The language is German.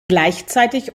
gleichzeitig